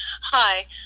hi